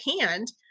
hand